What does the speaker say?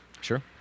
Sure